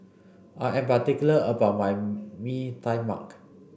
I am particular about my Mee Tai Mak